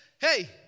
Hey